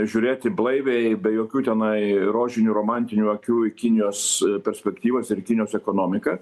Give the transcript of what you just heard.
žiūrėti blaiviai be jokių tenai rožinių romantinių akių į kinijos perspektyvas ir į kinijos ekonomiką